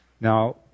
now